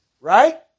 Right